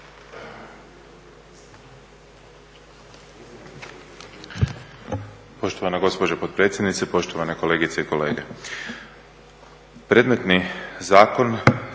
Poštovana gospođo potpredsjednice, poštovane kolegice i kolege. Predmetni zakon